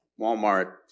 Walmart